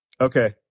Okay